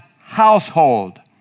household